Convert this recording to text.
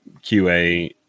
QA